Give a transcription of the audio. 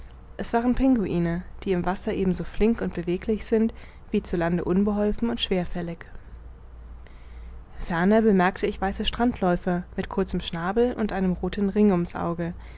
es waren pinguine die im wasser ebenso flink und beweglich sind wie zu lande unbeholfen und schwerfällig ferner bemerkte ich weiße strandläufer mit kurzem schnabel und einem rothen ring um's auge